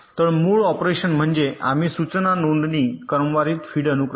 तर मूळ ऑपरेशन म्हणजे आम्ही सूचना नोंदणी क्रमवारीत फीड अनुक्रमे